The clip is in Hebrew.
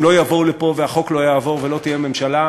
הם לא יבואו לפה והחוק לא יעבור ולא תהיה ממשלה,